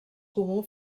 comú